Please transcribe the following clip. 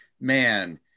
man